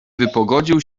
wypogodził